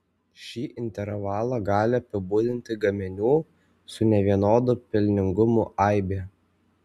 šį intervalą gali apibūdinti gaminių su nevienodu pelningumu aibė